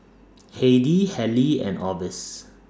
Heidy Halie and Orvis